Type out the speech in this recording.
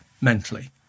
mentally